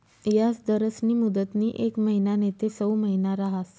याजदरस्नी मुदतनी येक महिना नैते सऊ महिना रहास